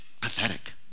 pathetic